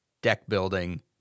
deck-building